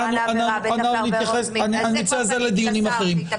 זה לדיונים אחרים.